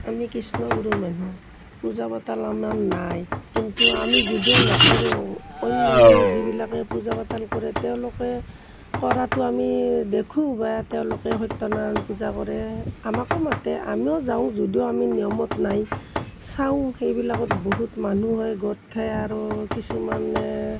আমি কৃষ্ণগুৰুৰ মানুহ পূজা পাতল আমাৰ নাই কিন্তু আমি যদিও নকৰোঁ অইন মানুহে যিবিলাকে পূজা পাতল কৰে তেওঁলোকে কৰাটো আমি দেখোঁ বা তেওঁলোকে সত্যনাৰায়ণ পূজা কৰে আমাকো মাতে আমিও যাওঁ যদিও আমি নিয়মত নাই চাওঁ সেইবিলাকত বহুত মানুহ হয় গোট খায় আৰু কিছুমানে